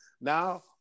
Now